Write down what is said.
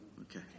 Okay